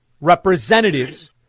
representatives